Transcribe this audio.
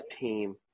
team